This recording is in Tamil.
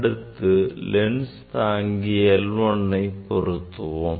அடுத்து லென்ஸ் தாங்கி L1யை பொறுத்துவோம்